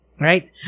right